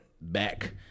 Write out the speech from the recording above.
back